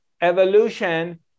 evolution